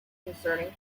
concerning